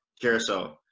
carousel